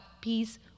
peace